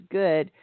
good